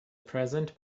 present